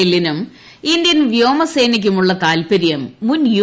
എല്ലിനും Indian വ്യോമസേനയ്ക്കും ഉള്ള താല്പര്യം മുൻ യു